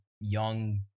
young